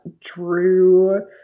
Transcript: drew